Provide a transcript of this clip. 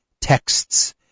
texts